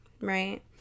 right